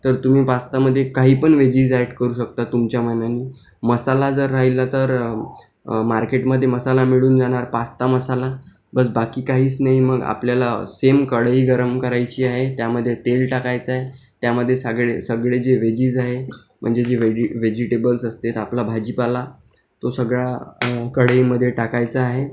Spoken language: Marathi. तर तुम्ही पास्तामध्ये काहीपण व्हेजिज ॲड करू शकता तुमच्या मनानी मसाला जर राहिला तर मार्केटमध्ये मसाला मिळून जाणार पास्ता मसाला बस बाकी काहीच नाही मग आपल्याला सेम कढई गरम करायची आहे त्यामध्ये तेल टाकायचं आहे त्यामध्ये सगळे सगळे जे व्हेजिज आहे म्हणजे जे व्हेजी व्हेजिटेबल्स असतील आपला भाजीपाला तो सगळा कढईमध्ये टाकायचा आहे